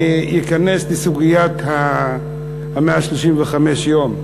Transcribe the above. אני אכנס לסוגיית ה-135 יום,